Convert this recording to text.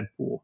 Deadpool